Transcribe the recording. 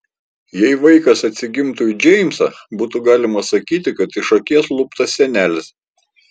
jei vaikas atsigimtų į džeimsą būtų galima sakyti kad iš akies luptas senelis